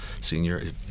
senior